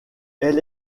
elle